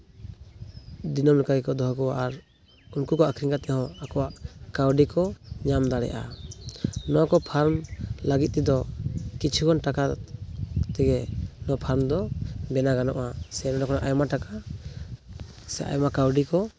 ᱫᱤᱱᱟᱹᱢ ᱞᱮᱠᱟ ᱜᱮᱠᱚ ᱫᱚᱦᱚ ᱠᱚᱣᱟ ᱟᱨ ᱩᱱᱠᱩ ᱠᱚ ᱟᱹᱠᱷᱨᱤᱧ ᱠᱟᱛᱮ ᱦᱚᱸ ᱟᱠᱚᱣᱟᱜ ᱠᱟᱹᱣᱰᱤ ᱠᱚ ᱧᱟᱢ ᱫᱟᱲᱮᱭᱟᱜᱼᱟ ᱱᱚᱣᱟ ᱠᱚ ᱯᱷᱟᱨᱢ ᱞᱟᱹᱜᱤᱫ ᱛᱮᱫᱚ ᱠᱤᱪᱷᱩᱜᱟᱱ ᱴᱟᱠᱟ ᱛᱮᱜᱮ ᱱᱚᱣᱟ ᱯᱷᱟᱨᱢ ᱫᱚ ᱵᱮᱱᱟᱣ ᱜᱟᱱᱚᱜᱼᱟ ᱥᱮ ᱚᱸᱰᱮ ᱠᱷᱚᱱ ᱟᱭᱢᱟ ᱴᱟᱠᱟ ᱥᱮ ᱟᱭᱢᱟ ᱠᱟᱹᱣᱰᱤ ᱠᱚ